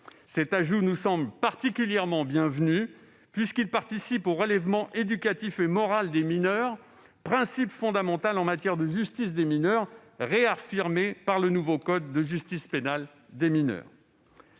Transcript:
Cet ajout nous semble particulièrement bienvenu, puisqu'il participe au relèvement éducatif et moral des mineurs, principe fondamental en matière de justice des mineurs, réaffirmé par le nouveau code de justice pénale des mineurs.